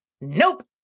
Nope